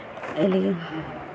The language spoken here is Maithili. एलियै हन